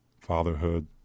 Fatherhood